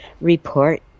report